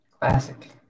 Classic